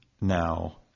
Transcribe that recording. now